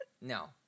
No